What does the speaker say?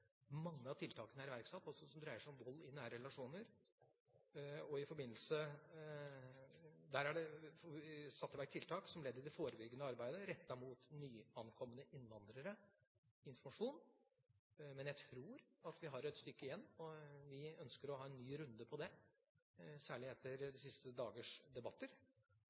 mange av tiltakene er iverksatt. Det er satt i verk tiltak som ledd i det forebyggende arbeidet rettet mot nyankomne innvandrere, bl.a. informasjon. Men jeg tror at vi har et stykke igjen, og vi ønsker å ha en ny runde på det, særlig etter de siste dagers debatter.